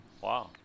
Wow